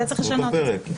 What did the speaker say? צריך לשנות.